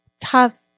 tough